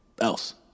else